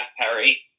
Perry